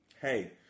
hey